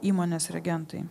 įmonės reagentai